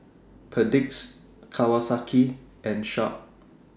Perdix Kawasaki and Sharp